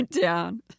down